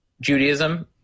Judaism